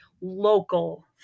local